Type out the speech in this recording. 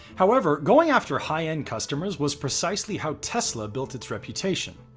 however, going after high end customers was precisely how tesla built its reputation.